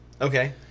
Okay